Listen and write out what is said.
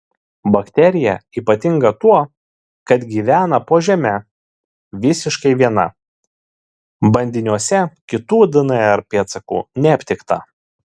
bakterija ypatinga tuo kad gyvena po žeme visiškai viena bandiniuose kitų dnr pėdsakų neaptikta